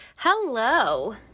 hello